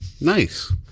Nice